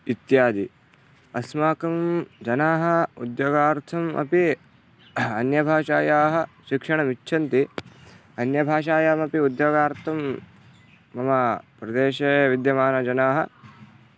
इत्यादि अस्माकं जनाः उद्योगार्थम् अपि अन्यभाषायाः शिक्षणम् इच्छन्ति अन्यभाषायामपि उद्योगार्थं मम प्रदेशे विद्यमानजनाः